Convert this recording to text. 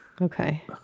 okay